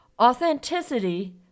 Authenticity